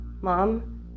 Mom